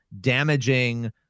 damaging –